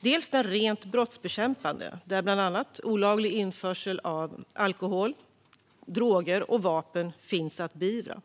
Dels är det den rent brottsbekämpande, där bland annat olaglig införsel av alkohol, droger och vapen finns att beivra.